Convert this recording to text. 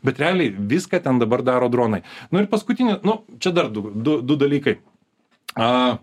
bet realiai viską ten dabar daro dronai nu ir paskutinį nu čia dar du du du dalykai a